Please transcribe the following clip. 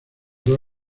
dos